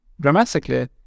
dramatically